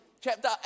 Chapter